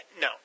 no